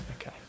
Okay